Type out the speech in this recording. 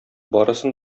барысын